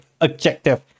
objective